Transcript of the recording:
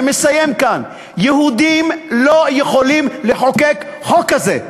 ומסיים כאן: יהודים לא יכולים לחוקק חוק כזה.